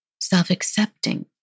self-accepting